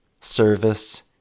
service